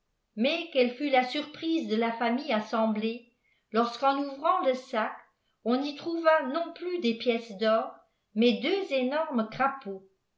mais quelle fut la surprise de la famille assemblée lorsqu'on ouvrant le sac on y trouva non plus des pièces d'or mais deux énormes crapauds